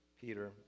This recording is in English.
Peter